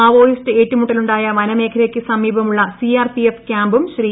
Maoist ഏറ്റുമുട്ടലുണ്ടായ വനമേഖല യ്ക്ക് സമീപമുള്ള് സിആർപിഎഫ് ക്യാമ്പും ശ്രീ